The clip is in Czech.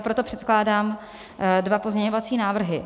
Proto předkládám dva pozměňovací návrhy.